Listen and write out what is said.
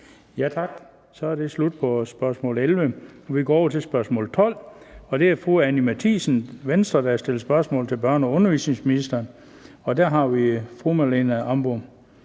Tak. Så er det slut med spørgsmål 11. Vi går over til spørgsmål 12, og det er fru Anni Matthiesen, Venstre, der har stillet spørgsmål til børne- og undervisningsministeren. Og der har vi fru Marlene